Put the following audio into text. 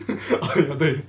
对